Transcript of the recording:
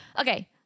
okay